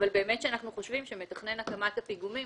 אנחנו אכן חושבים שמתכנן הקמת הפיגומים